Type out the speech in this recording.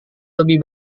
lebih